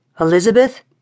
Elizabeth